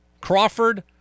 Crawford